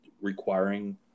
requiring